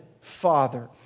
father